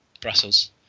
Brussels